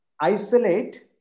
isolate